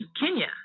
Kenya